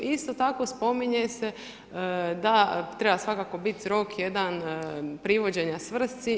Isto tako spominje se da treba svakako biti rok jedan privođenja svrsi.